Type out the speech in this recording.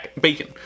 bacon